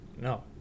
no